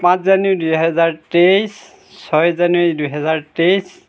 পাঁচ জানুৱাৰী দুই হাজাৰ তেইছ ছয় জানুৱাৰী দুই হাজাৰ তেইছ